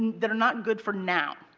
that are not good for now.